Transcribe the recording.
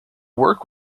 work